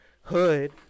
hood